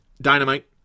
Dynamite